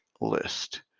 list